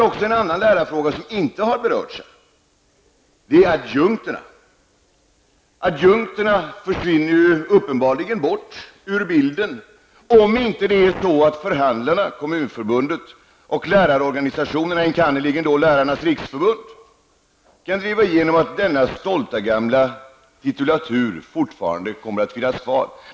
Den andra lärarfrågan gäller adjunkter, men den har inte berörts här. Adjunkterna kommer uppenbarligen att försvinna ur bilden om inte förhandlarna, Kommunförbundet och lärarnas organisationer, enkannerligen Lärarnas riksförbund, kan driva igenom att den stolta gamla titulaturen fortfarande skall finnas kvar.